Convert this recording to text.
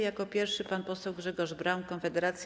Jako pierwszy pan poseł Grzegorz Braun, Konfederacja.